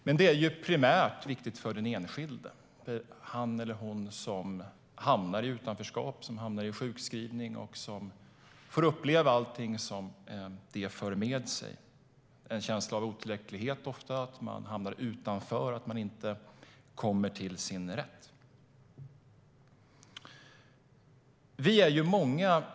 Men det är primärt viktigt för den enskilde, för den som hamnar i utanförskap och sjukskrivning och får uppleva allting som det för med sig: ofta en känsla av otillräcklighet, att man hamnar utanför och inte kommer till sin rätt.